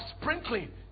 sprinkling